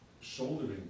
shouldering